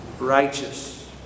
righteous